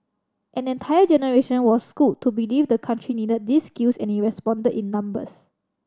an entire generation was schooled to believe the country needed these skills and it responded in numbers